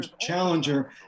Challenger